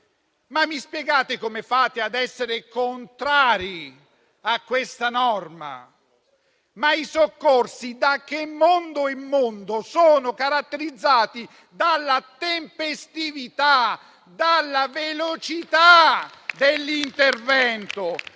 mi spiegate come fate ad essere contrari a questa norma? I soccorsi, da che mondo è mondo, sono caratterizzati dalla tempestività e dalla velocità dell'intervento.